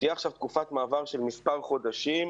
תהיה עכשיו תקופת מעבר של מספר חודשים,